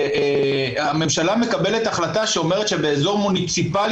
כשהממשלה מקבלת החלטה שאומרת שבאזור מוניציפלי